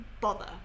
bother